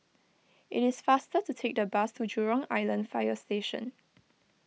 it is faster to take the bus to Jurong Island Fire Station